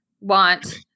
want